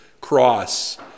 cross